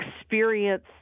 experience